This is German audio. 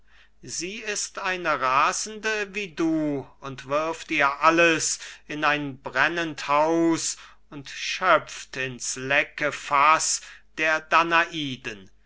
sie ist eine rasende wie du und wirft ihr alles in ein brennend haus und schöpft ins lecke faß der